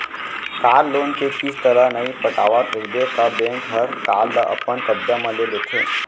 car loan के किस्त ल नइ पटावत रइबे त बेंक हर कार ल अपन कब्जा म ले लेथे